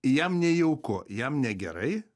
jam nejauku jam negerai